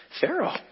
Pharaoh